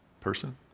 person